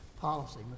Policy